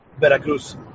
Veracruz